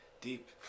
Deep